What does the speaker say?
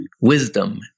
wisdom